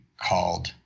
called